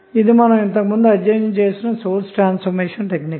ఇది మనము ఇంతకు ముందు అధ్యయనం చేసిన సోర్స్ ట్రాన్సఫార్మేషన్ టెక్నిక్